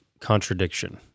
contradiction